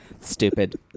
Stupid